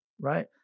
right